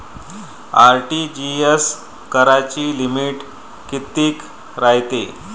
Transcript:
RTGS कराची limit कितीक रायते?